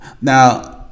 Now